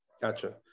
Gotcha